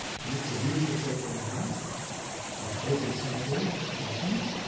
and that's a beautiful photo on the right of webu sayadaw in front,